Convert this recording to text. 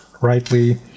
rightly